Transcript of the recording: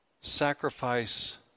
sacrifice